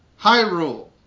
Hyrule